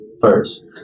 first